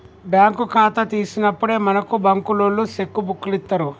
bank ఖాతా తీసినప్పుడే మనకు బంకులోల్లు సెక్కు బుక్కులిత్తరు